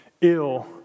ill